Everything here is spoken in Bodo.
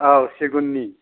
औ सिगुननि